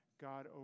God